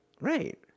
Right